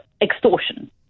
Extortion